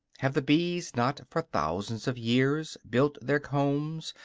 have the bees not, for thousands of years, built their combs,